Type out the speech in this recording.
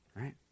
Right